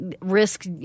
risk